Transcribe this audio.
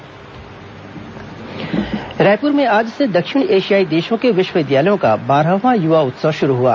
युवा उत्सव रायपुर में आज से दक्षिण एशियाई देशों के विश्वविद्यालयों का बारहवां युवा उत्सव शुरू हुआ